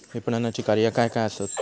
विपणनाची कार्या काय काय आसत?